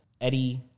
Eddie